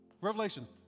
Revelation